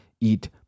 eat